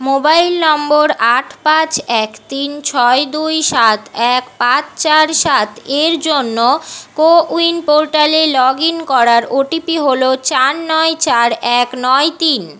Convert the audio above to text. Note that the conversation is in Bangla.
মোবাইল নম্বর আট পাঁচ এক তিন ছয় দুই সাত এক পাঁচ চার সাত এর জন্য কোউইন পোর্টালে লগ ইন করার ওটিপি হল চার নয় চার এক নয় তিন